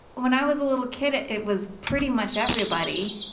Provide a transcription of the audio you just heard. when i was a little kid it it was pretty much everybody.